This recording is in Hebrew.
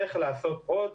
צריך לעשות עוד,